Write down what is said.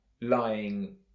lying